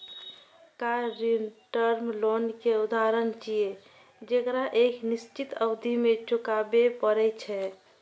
car ऋण term loan के उदाहरण छियै, जेकरा एक निश्चित अवधि मे चुकबै पड़ै छै